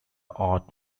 art